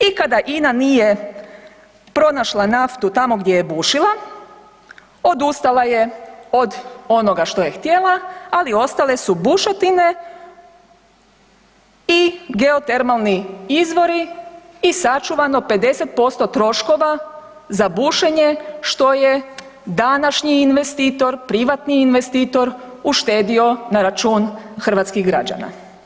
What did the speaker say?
I kada INA nije pronašla naftu tamo gdje je bušila odustala je od onoga što je htjela, ali ostale su bušotine i geotermalni izvori i sačuvano 50% troškova za bušenje što je današnji investitor, privatni investor uštedio na račun hrvatskih građana.